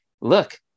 look